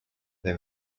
they